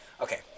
Okay